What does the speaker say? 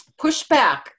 pushback